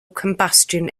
combustion